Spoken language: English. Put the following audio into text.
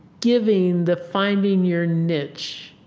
giving, the finding your niche